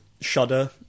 shudder